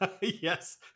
yes